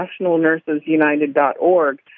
nationalnursesunited.org